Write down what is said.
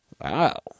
Wow